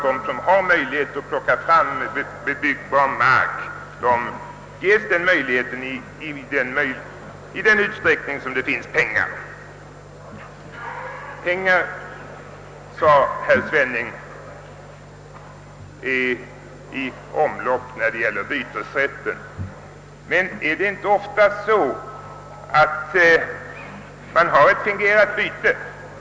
De som kan plocka fram bebyggbar mark ges helt enkelt denna möjlighet i den utsträckning det finns pengar. Pengar, sade herr Svenning, är i omlopp när det gäller bytesrätten. Men rör det sig då inte ofta om fingerade byten?